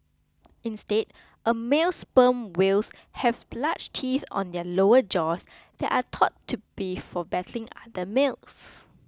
instead a male sperm whales have large teeth on their lower jaws that are thought to be for battling other males